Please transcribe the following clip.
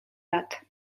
lat